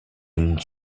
une